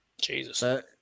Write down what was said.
Jesus